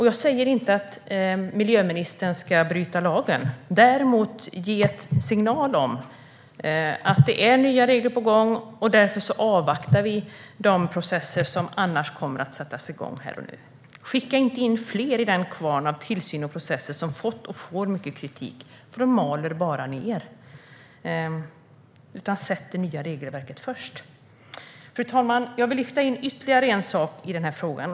Jag säger inte att miljöministern ska bryta mot lagen. Hon ska däremot ge en signal om att det är nya regler på gång och att vi därför avvaktar de processer som annars kommer att sättas igång här och nu. Skicka inte in fler i den kvarn av tillsyn och processer som fått och får mycket kritik, för den bara maler! Sätt det nya regelverket först! Fru talman! Jag vill lyfta in ytterligare en sak i denna fråga.